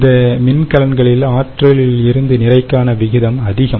இந்த மின்கலன்களில் ஆற்றலில் இருந்து நிறைக்கான விகிதம் அதிகம்